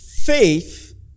Faith